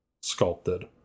sculpted